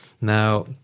Now